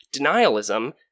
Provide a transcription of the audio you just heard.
denialism